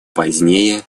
позднее